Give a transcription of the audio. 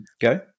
Go